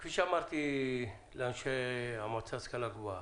כפי שאמרתי לאנשי המועצה להשכלה גבוהה